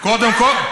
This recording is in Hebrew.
למה?